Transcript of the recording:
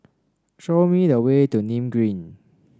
show me the way to Nim Green